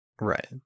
Right